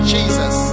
Jesus